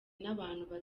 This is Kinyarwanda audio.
n’abantu